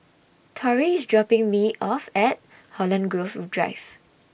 Torry IS dropping Me off At Holland Grove Drive